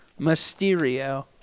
Mysterio